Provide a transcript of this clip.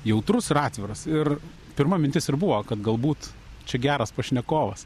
jautrus ir atviras ir pirma mintis ir buvo kad galbūt čia geras pašnekovas